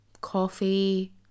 coffee